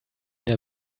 der